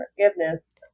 forgiveness